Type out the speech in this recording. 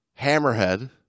hammerhead